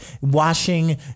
washing